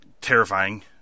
terrifying